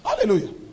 Hallelujah